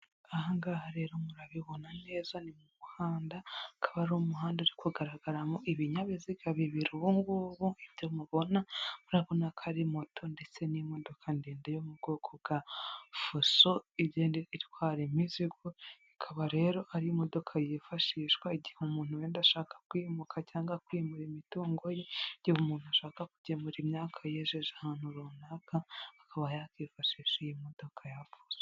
Ahangaha rero murabibona neza ni mu muhanda, akaba ari umuhanda uri kugaragaramo ibinyabiziga bibiri ubungubu ibyo mubona murabona ko ari moto ndetse n'imodoka ndende yo mu bwoko bwa fuso igenda itwara imizigo, ikaba rero ari imodoka yifashishwa igihe umuntu wenda ashaka kwimuka cyangwa kwimura imitungo ye, igihe umuntu ashaka kugemura imyaka yejeje ahantu runaka akaba yakwifashisha iyi modoka ya fuso.